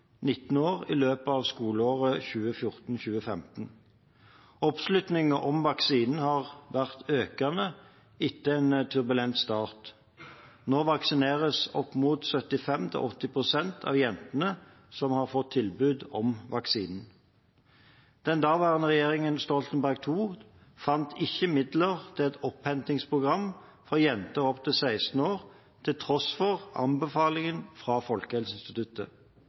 år i løpet av skoleåret 2014/2015. Oppslutningen om vaksinen har vært økende etter en turbulent start. Nå vaksineres opp mot 75–80 pst. av jentene som har fått tilbud om vaksinen. Den daværende regjeringen Stoltenberg II fant ikke midler til et opphentingsprogram for jenter opptil 16 år, til tross for anbefalingen fra Folkehelseinstituttet.